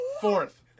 Fourth